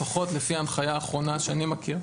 לפחות לפי ההנחיה האחרונה שאני מכיר,